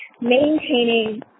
maintaining